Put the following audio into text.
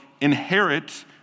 inherit